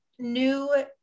new